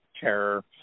Terror